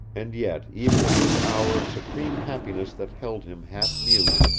and yet, even in this hour of supreme happiness that held him half mute,